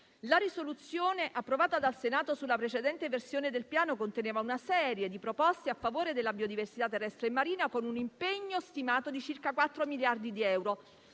La risoluzione approvata dal Senato sulla precedente versione del Piano conteneva una serie di proposte a favore della biodiversità terrestre e marina, con un impegno stimato di circa 4 miliardi di euro,